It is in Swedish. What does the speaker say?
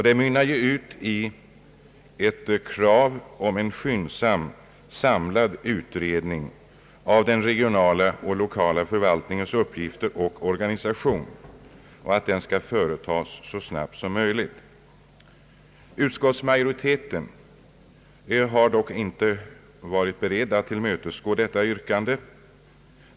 Den mynnar ut i ett krav på att en skyndsam samlad utredning av den regionala och lokala förvaltningens uppgifter och organisation skall företas. Utskottsmajoriteten har dock inte varit beredd att tillmötesgå detta yrkande.